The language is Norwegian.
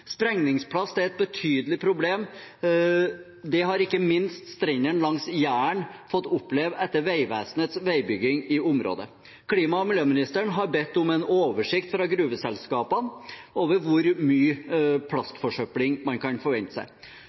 Sprengningsplast er et betydelig problem. Det har ikke minst strendene langs Jæren fått oppleve etter Vegvesenets vegbygging i området. Klima- og miljøministeren har bedt om en oversikt fra gruveselskapene over hvor mye plastforsøpling man kan forvente seg.